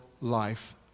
life